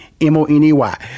M-O-N-E-Y